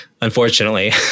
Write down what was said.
unfortunately